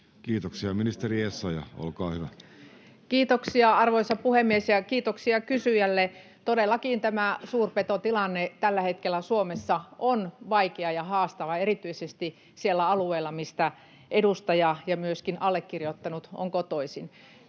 tv) Time: 17:01 Content: Kiitoksia, arvoisa puhemies! Kiitoksia kysyjälle. Todellakin tämä suurpetotilanne tällä hetkellä Suomessa on vaikea ja haastava erityisesti siellä alueella, mistä edustaja ja myöskin allekirjoittanut ovat kotoisin.